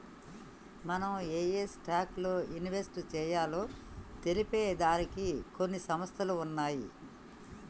మనం ఏయే స్టాక్స్ లో ఇన్వెస్ట్ చెయ్యాలో తెలిపే దానికి కొన్ని సంస్థలు ఉన్నయ్యి